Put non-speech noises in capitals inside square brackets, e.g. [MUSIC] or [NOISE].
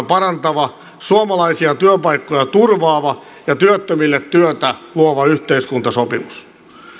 [UNINTELLIGIBLE] parantava suomalaisia työpaikkoja turvaava ja työttömille työtä luova yhteiskuntasopimus